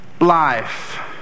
life